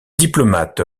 diplomate